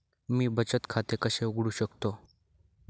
मी बचत खाते कसे उघडू शकतो?